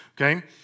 okay